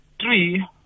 three